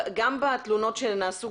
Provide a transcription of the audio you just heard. בתלונות שנעשו,